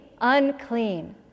Unclean